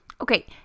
Okay